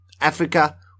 Africa